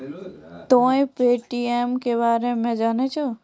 तोंय पे.टी.एम के बारे मे जाने छौं?